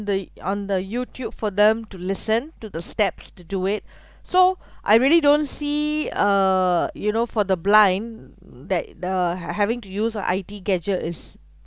the on the youtube for them to listen to the steps to do it so I really don't see uh you know for the blind that uh having to use of I_ T gadget is